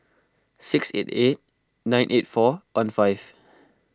six eight eight nine eight four one five